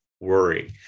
worry